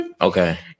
Okay